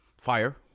Fire